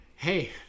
Hey